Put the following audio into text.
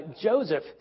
Joseph